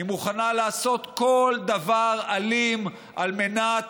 היא מוכנה לעשות כל דבר אלים על מנת